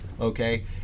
Okay